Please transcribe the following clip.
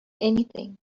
anything